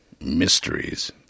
Mysteries